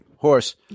Horse